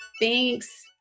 Thanks